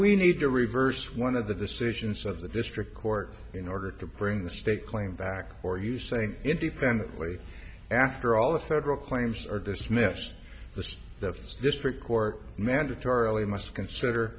we need to reverse one of the decisions of the district court in order to bring the state claim back or you say independently after all the federal claims are dismissed the first district court mandatorily must consider